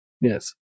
Yes